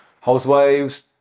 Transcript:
housewives